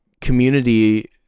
community